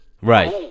right